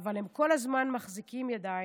אבל הם כל הזמן מחזיקים ידיים,